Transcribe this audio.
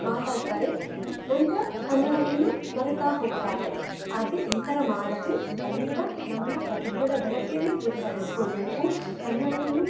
ಮಾತಾಡ್ತಾರೆ ನಂತರ ಕನ್ನಡವನ್ನು ಮರಿತಾ ಹೋಗ್ತಾರೆ ಆದರೆ ಈ ಥರ ಮಾಡದೇ ಕನ್ನಡ ನಮ್ಮ ಪ್ರತಿದಿನದ ಬಳಕೆಯಲ್ಲಿ ಕೂಡ ಬಳಸಿಕೊಳ್ಬೇಕು ಕನ್ನಡವನ್ನು